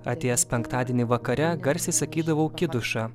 atėjęs penktadienį vakare garsiai sakydavau kiduša